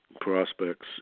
prospects